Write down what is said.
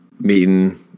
meeting